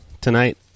tonight